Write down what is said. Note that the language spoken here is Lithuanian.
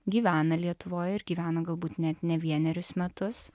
gyvena lietuvoj ir gyvena galbūt net ne vienerius metus